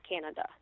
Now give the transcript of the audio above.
Canada